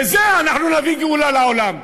בזה אנחנו נביא גאולה לעולם.